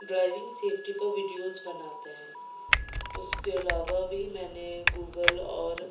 driving safety پر videos بناتے ہیں اس کے علاوہ بھی میں نے گوگل اور